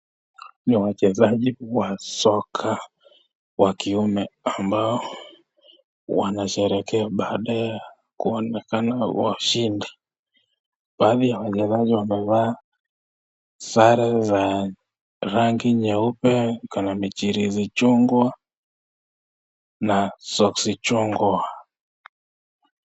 Ni wachezaji wa soka wa kiume ambao wanasherehekea baada ya kuonekana washindi. Baadhi ya wachezaji wamevaa sare za rangi nyeupe, kanamijirizi chungwa na soksi chungwa.